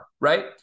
right